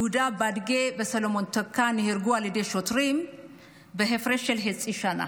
יהודה ביאדגה וסולומון טקה נהרגו על ידי שוטרים בהפרש של חצי שנה.